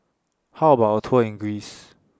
How about A Tour in Greece